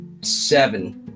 seven